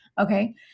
Okay